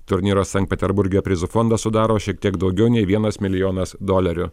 turnyro sankt peterburge prizų fondą sudaro šiek tiek daugiau nei vienas milijonas dolerių